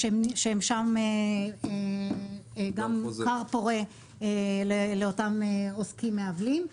שהם שם גם כר פורה לאותם עוסקים מעוולים.